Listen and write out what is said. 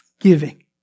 Giving